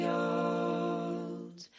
old